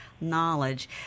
knowledge